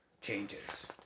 changes